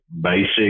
basic